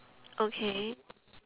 okay